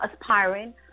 aspiring